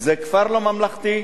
זה כבר לא ממלכתי,